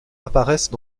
apparaissent